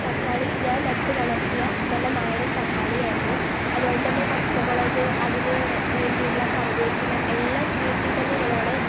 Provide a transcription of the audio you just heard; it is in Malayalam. തക്കാളി ഞാൻ നട്ടു വളർത്തിയ നല്ല നാടൻ തക്കാളി ആയിരുന്നു അതുപോലെതന്നെ പച്ചമുളക് അതിന് വേണ്ടിയുള്ള കറിവേപ്പില എല്ലാം വീട്ടിൽ തന്നെ ഉള്ളതാണ്